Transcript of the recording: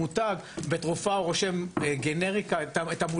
בתרופה הוא רושם את המולקולה.